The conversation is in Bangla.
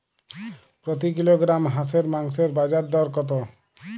প্রতি কিলোগ্রাম হাঁসের মাংসের বাজার দর কত?